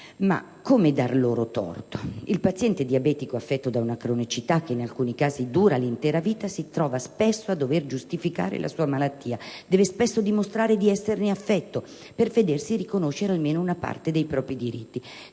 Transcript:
Come dargli torto? Il paziente diabetico, affetto da una cronicità che in alcuni casi dura un'intera vita, si trova spesso a dover giustificare la sua malattia; deve spesso dimostrare di esserne affetto per vedersi riconoscere almeno una parte dei suoi diritti.